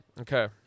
okay